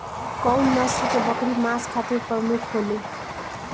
कउन नस्ल के बकरी मांस खातिर प्रमुख होले?